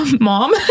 mom